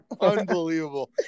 unbelievable